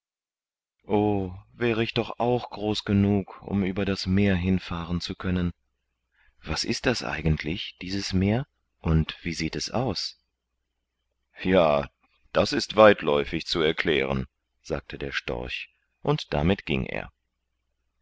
wäre ich doch auch groß genug um über das meer hinfahren zu können was ist das eigentlich dieses meer und wie sieht es aus ja das ist weitläufig zu erklären sagte der storch und damit ging er